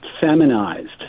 feminized